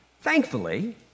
Thankfully